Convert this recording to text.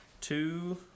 Two